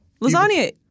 Lasagna